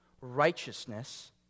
Righteousness